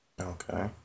Okay